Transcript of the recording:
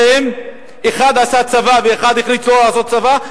אחד עשה צבא ואחד החליט לא לעשות צבא,